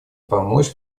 помочь